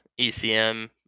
ECM